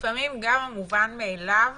ולפעמים גם המובן מאליו